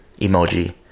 emoji